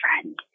friend